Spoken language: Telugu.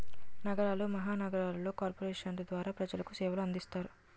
నగరాలు మహానగరాలలో కార్పొరేషన్ల ద్వారా ప్రజలకు సేవలు అందిస్తారు